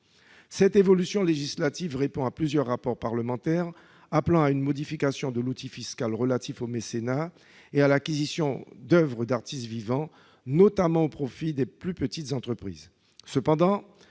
telle évolution législative fait suite à plusieurs rapports parlementaires appelant à une modification de l'outil fiscal relatif au mécénat et à l'acquisition d'oeuvres d'artistes vivants, notamment au profit des plus petites entreprises.